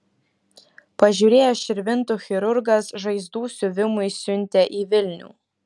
pažiūrėjęs širvintų chirurgas žaizdų siuvimui siuntė į vilnių